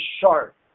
sharp